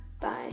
bye